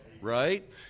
Right